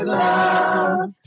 love